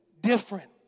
different